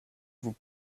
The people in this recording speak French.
vous